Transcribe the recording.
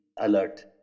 alert